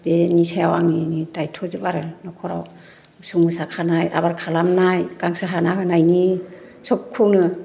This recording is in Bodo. बेनि सायाव आंनि दायथ' जोब आरो नखराव मोसौ मोसा खानाय आबार खालामनाय गांसो हाना होनायनि सोबखौनो